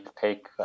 take